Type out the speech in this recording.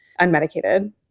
unmedicated